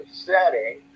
Setting